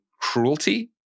cruelty